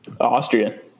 Austrian